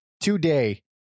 Today